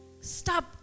Stop